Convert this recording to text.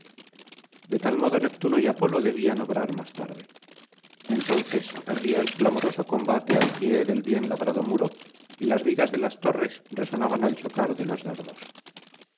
de tal modo neptuno y apolo debían obrar más tarde entonces ardía el clamoroso combate al pie del bien labrado muro y las vigas de las torres resonaban al chocar de los dardos